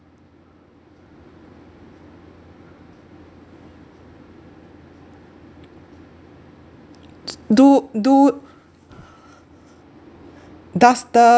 do do does the